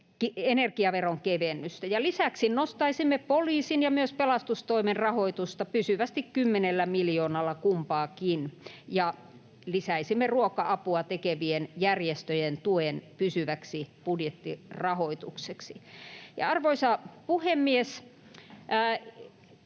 energiaveron kevennystä. Lisäksi nostaisimme poliisin ja myös pelastustoimen rahoitusta pysyvästi kymmenellä miljoonalla kumpaakin ja lisäisimme ruoka-apua tekevien järjestöjen tuen pysyväksi budjettirahoitukseksi. Arvoisa puhemies!